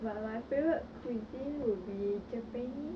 but my favorite cuisine will be japanese